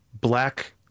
black